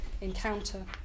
encounter